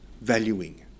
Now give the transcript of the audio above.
valuing